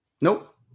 Nope